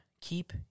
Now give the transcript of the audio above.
keep